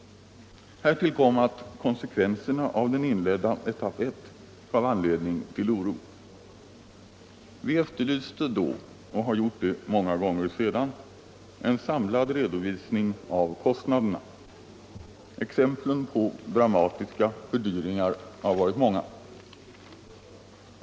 Härtill kom att konsekvenserna av den inledda etapp 1 gav anledning till oro. Vi efterlyste då — och har även gjort det många gånger senare — en samlad redovisning av kostnaderna. Exemplen på dramatiska fördyringar har varit många.